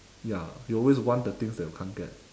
ya you always want the things that you can't get